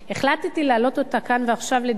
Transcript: החלטתי להעלות אותה כאן ועכשיו לדיון